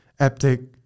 Eptic